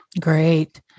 Great